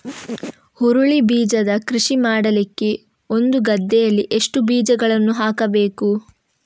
ಹುರುಳಿ ಬೀಜದ ಕೃಷಿ ಮಾಡಲಿಕ್ಕೆ ಒಂದು ಗದ್ದೆಯಲ್ಲಿ ಎಷ್ಟು ಬೀಜಗಳನ್ನು ಹಾಕಬೇಕು?